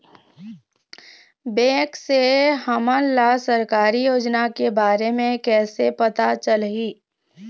Bank से हमन ला सरकारी योजना के बारे मे कैसे पता चलही?